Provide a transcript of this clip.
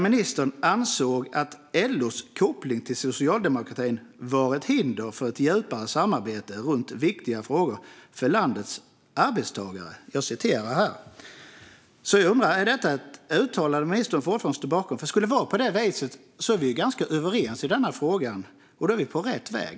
Ministern ansåg att LO:s koppling till socialdemokratin var ett hinder för ett djupare samarbete runt viktiga frågor för landets arbetstagare. Jag citerar detta. Jag undrar: Är detta ett uttalande som ministern fortfarande står bakom? Skulle det vara på det viset är vi ganska överens i denna fråga, och då är vi på rätt väg.